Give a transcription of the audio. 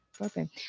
Okay